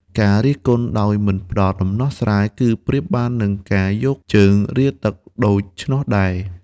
ការរិះគន់ដោយមិនផ្ដល់ដំណោះស្រាយ គឺប្រៀបបាននឹងការយកជើងរាទឹកដូច្នោះដែរ។